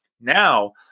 Now